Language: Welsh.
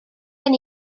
gen